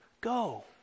Go